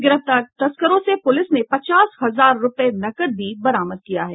गिरफ्तार तस्करों से पूलिस ने पचास हजार रूपये नकद भी बरामद किया है